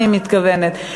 אני מתכוונת.